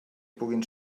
puguin